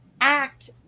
act